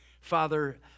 Father